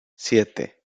siete